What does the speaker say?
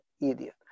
Idiot